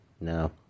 No